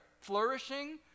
flourishing